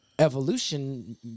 Evolution